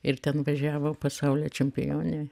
ir ten važiavo pasaulio čempionė